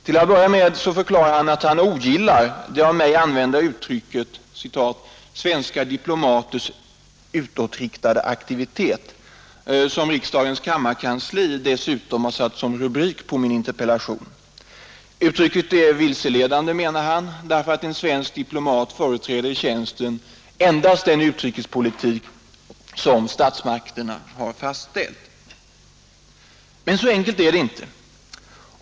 Till att börja med förklarar han att han ogillar det av mig använda uttrycket ”svenska diplomaters utåtriktade utrikespolitiska aktivitet”, som riksdagens kammarkansli dessutom har satt som rubrik på min interpellation. Uttrycket är vilseledande, menar han, därför att en svensk diplomat företräder i tjänsten endast den utrikespolitik som statsmakterna fastställt. Men så enkelt är det inte.